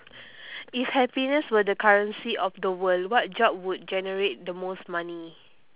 if happiness were the currency of the world what job will generate the most money